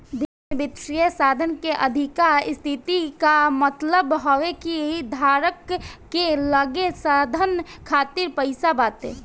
वित्त में वित्तीय साधन के अधिका स्थिति कअ मतलब हवे कि धारक के लगे साधन खातिर पईसा बाटे